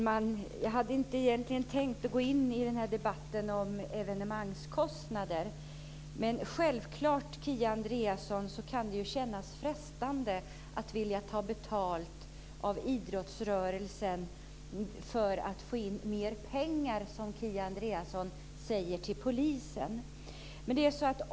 Fru talman! Jag hade egentligen inte tänkt gå in i debatten om evenemangskostnader. Det kan självklart kännas frestande att ta betalt av idrottsrörelsen för att få in mer pengar till polisen, som Kia Andreasson säger.